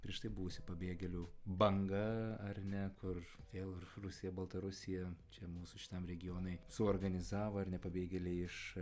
prieš tai buvusi pabėgėlių banga ar ne kur vėl rusija baltarusija čia mūsų šitam regionui suorganizavo ar ne pabėgėliai iš